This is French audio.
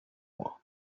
moi